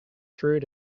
through